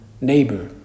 neighbor